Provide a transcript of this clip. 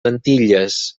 antilles